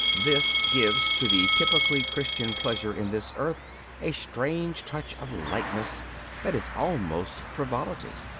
this gives to the typically christian pleasure in this earth a strange touch of lightness that is almost frivolity.